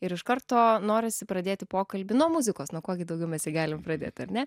ir iš karto norisi pradėti pokalbį nuo muzikos nuo ko gi daugiau mes jį galim pradėt ar ne